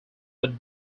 would